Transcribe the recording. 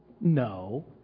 No